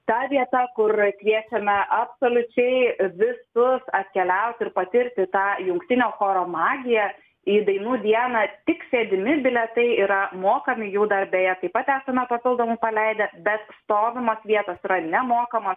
ta vieta kur kviečiame absoliučiai visus atkeliaut ir patirti tą jungtinio choro magiją į dainų dieną tik sėdimi bilietai yra mokami jų dar beje taip pat esame papildomai paleidę bet stovimos vietos yra nemokamos